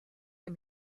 can